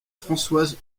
françoise